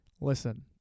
listen